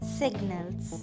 signals